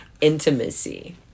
Intimacy